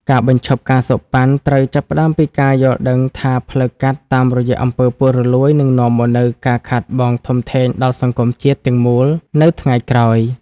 ការបញ្ឈប់ ការសូកប៉ាន់ ត្រូវចាប់ផ្ដើមពីការយល់ដឹងថា ផ្លូវកាត់តាមរយៈអំពើពុករលួយនឹងនាំមកនូវការខាតបង់ធំធេងដល់សង្គមជាតិទាំងមូលនៅថ្ងៃក្រោយ។